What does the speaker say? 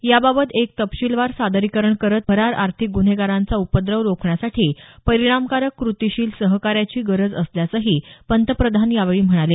याबाबत एक तपशीलवार सादरीकरण करत फरार आर्थिक गुन्हेगारांचा उपद्रव रोखण्यासाठी परिणामकारक क्रतीशील सहकार्याची गरज असल्याचंही पंतप्रधान यावेळी म्हणाले